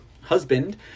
husband